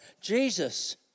Jesus